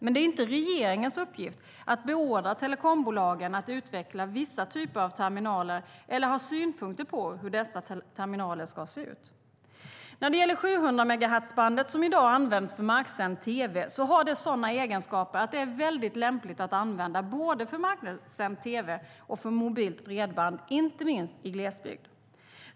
Men det är inte regeringens uppgift att beordra telekombolagen att utveckla vissa typer av terminaler eller ha synpunkter på hur dessa terminaler ska se ut. 700-megahertzbandet, som i dag används för marksänd tv, har sådana egenskaper att det är väldigt lämpligt att använda både för marksänd tv och för mobilt bredband, inte minst i glesbygd.